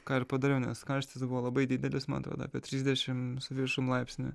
ką ir padariau nes karštis buvo labai didelis man atrodo apie trisdešim su viršum laipsnių